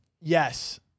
Yes